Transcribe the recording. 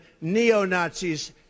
neo-Nazis